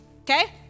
okay